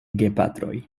gepatroj